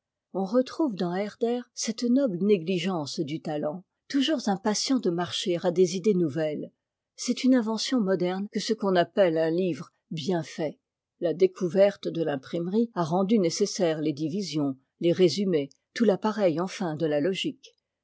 on retrouve dans herder cette noble négligence du talent toujours impatient de marcher à des idées nouvelles c'est une invention moderne que ce qu'on appelle un livre bien fait la découverte dé l'imprimerie a rendu nécessaires les divisions les résumés tout l'appareil enfin de la logique